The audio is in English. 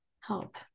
help